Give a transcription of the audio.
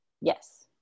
yes